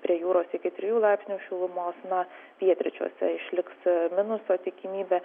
prie jūros iki trijų laipsnių šilumos na pietryčiuose išliks minuso tikimybė